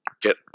get